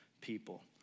people